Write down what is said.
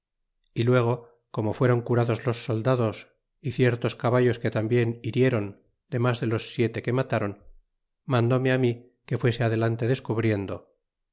y luego como fueron curados los soldados y ciertos caballos que tambien hirieron de mas de los siete que matáron mandóme á mí que fuese adelante descubriendo